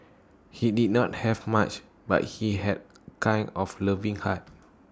he did not have much but he had kind of loving heart